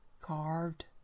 carved